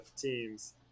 teams